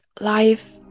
life